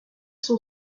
sont